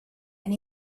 and